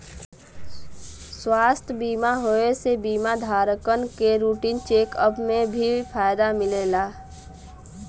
स्वास्थ्य बीमा होये से बीमा धारकन के रूटीन चेक अप में भी फायदा मिलला